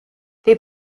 they